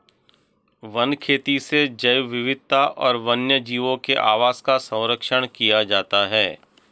one खेती से जैव विविधता और वन्यजीवों के आवास का सरंक्षण किया जाता है